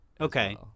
Okay